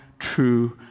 true